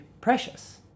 precious